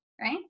right